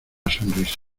sonrisa